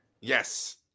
Yes